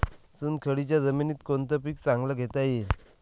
चुनखडीच्या जमीनीत कोनतं पीक चांगलं घेता येईन?